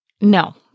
No